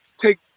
take